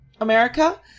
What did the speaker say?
America